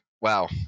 wow